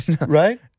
right